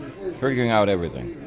figuring out everything.